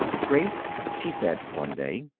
grace, she said, one day,